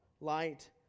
light